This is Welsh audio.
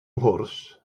mhwrs